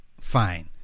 Fine